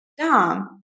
Dom